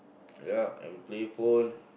ya and playful